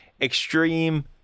extreme